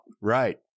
right